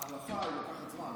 ההחלפה לוקחת זמן.